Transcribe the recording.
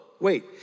wait